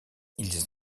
ils